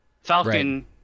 Falcon